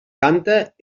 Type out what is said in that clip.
canta